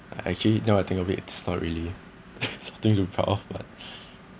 I actually now I think of it it's not really something to be proud of but